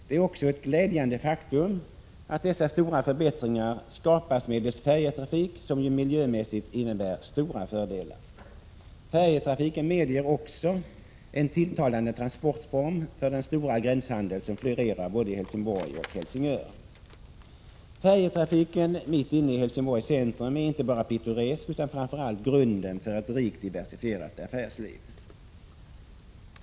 Det är också ett glädjande faktum att dessa stora förbättringar skapas medelst färjetrafik, som ju miljömässigt innebär stora fördelar. Färjetrafiken medger också en tilltalande transportform för den stora gränshandeln som florerar både i Helsingborg och i Helsingör. Färjetrafiken mitt inne i Helsingborgs centrum är inte bara pittoresk, utan framför allt är den grunden för ett rikt diversifierat affärsliv.